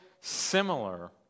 similar